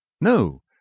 No